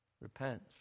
Repent